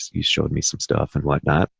he showed me some stuff and whatnot.